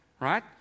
right